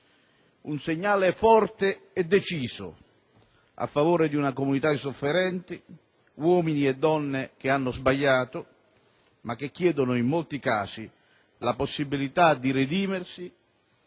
un segnale forte e deciso a favore di una comunità di sofferenti, uomini e donne, che hanno sbagliato ma che chiedono, in molti casi, la possibilità di redimersi